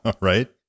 Right